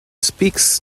speaks